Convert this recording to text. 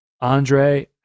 Andre